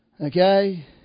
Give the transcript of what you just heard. Okay